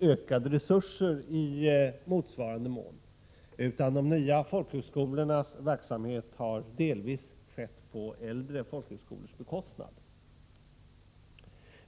ökade resurser i motsvarande mån, utan de nya folkhögskolornas verksamhet har delvis skett på äldre folkhögskolors bekostnad.